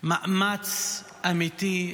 מאמץ אמיתי,